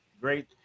Great